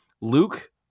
Luke